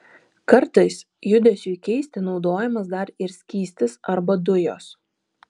kartais judesiui keisti naudojamas dar ir skystis arba dujos